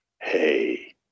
Hey